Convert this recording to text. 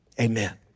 amen